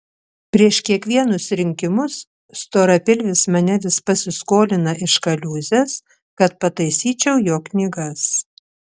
prieš kiekvienus rinkimus storapilvis mane vis pasiskolina iš kaliūzės kad pataisyčiau jo knygas